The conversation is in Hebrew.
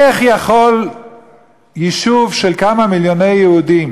איך יכול יישוב של כמה מיליוני יהודים